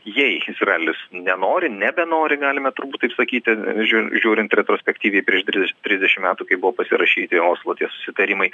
jei izraelis nenori nebenori galime turbūt taip sakyti žiū žiūrint retrospektyviai prieš tris trisdešimt metų kai buvo pasirašyti oslo tie susitarimai